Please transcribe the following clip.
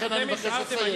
לכן אני מבקש לסיים.